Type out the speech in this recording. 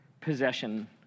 possession